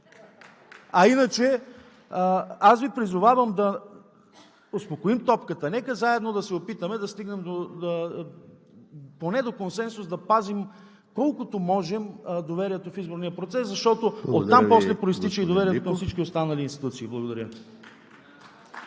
ние! Аз Ви призовавам да успокоим топката. Нека заедно да се опитаме да стигнем поне до консенсус, да пазим колкото можем доверието в изборния процес, защото оттам после произтича доверието и към всички останали институции. Благодаря.